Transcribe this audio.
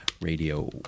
radio